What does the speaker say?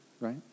right